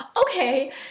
okay